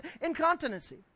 incontinency